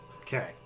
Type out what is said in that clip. Okay